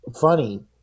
funny